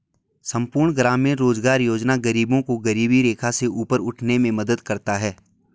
संपूर्ण ग्रामीण रोजगार योजना गरीबों को गरीबी रेखा से ऊपर उठाने में मदद करता है